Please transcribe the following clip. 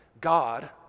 God